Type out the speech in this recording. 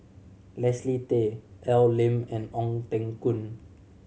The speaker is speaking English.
Leslie Tay Al Lim and Ong Teng Koon